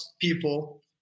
people